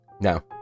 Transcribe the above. No